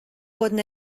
wurden